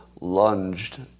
lunged